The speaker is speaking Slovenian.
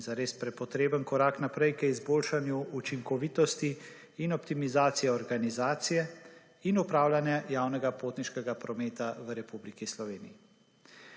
in zares prepotreben korak naprej k izboljšanju učinkovitosti in optimizacijo organizacije in upravljanje javnega potniškega prometa v Republiki Sloveniji.